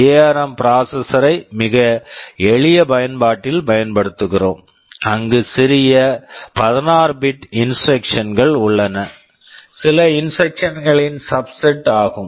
ARM ARM processor processor யை மிக எளிய பயன்பாட்டில் பயன்படுத்துகிறோம் அங்கு சிறிய 16 பிட் bit இன்ஸ்ட்ரக்க்ஷன் instruction கள் உள்ளன சில இன்ஸ்ட்ரக்க்ஷன் instruction களின் சப்செட் subset ஆகும்